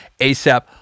ASAP